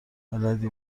بلدی